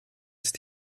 ist